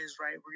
right